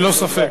ללא ספק.